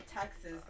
Texas